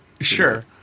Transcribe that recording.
Sure